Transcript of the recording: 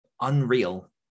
unreal